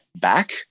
back